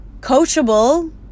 Coachable